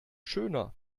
schöner